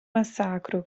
massacro